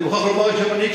אני מוכרח לומר שאפילו אני,